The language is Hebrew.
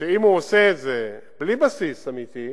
שאם הוא עושה את זה בלי בסיס אמיתי,